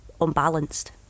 unbalanced